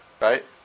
right